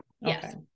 Yes